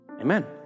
Amen